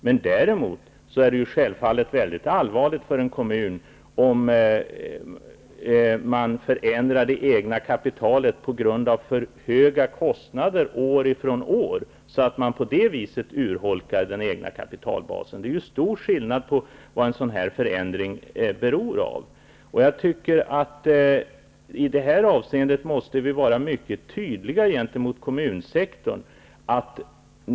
Men det är däremot mycket allvarligt för en kommun om man förändrar det egna kapitalet på grund av för höga kostnader år efter år och på det viset urholkar den egna kapitalbasen. Det finns stora skillnader när det gäller vad en sådan förändring beror på. I det här avseendet måste vi vara mycket tydliga gentemot kommunsektorn.